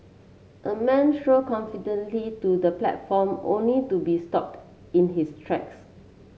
a man strode confidently to the platform only to be stopped in his tracks